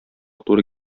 туры